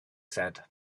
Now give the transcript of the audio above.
said